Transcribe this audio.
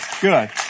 Good